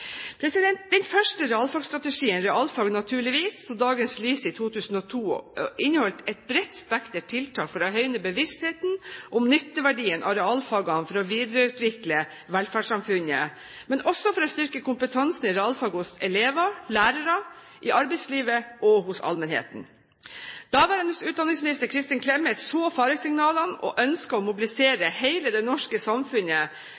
Den første realfagstrategien, «Realfag, naturligvis», så dagens lys i 2002 og inneholdt et bredt spekter av tiltak for å høyne bevisstheten om nytteverdien av realfagene for å videreutvikle velferdssamfunnet, men også for å styrke kompetansen i realfag hos elever, lærere, i arbeidslivet og hos allmennheten. Daværende utdanningsminister Kristin Clemet så faresignalene og ønsket å mobilisere hele det norske samfunnet